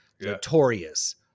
Notorious